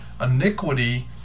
Iniquity